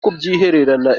kubyihererana